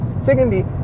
Secondly